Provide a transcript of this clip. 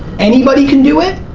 anybody can do it,